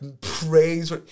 praise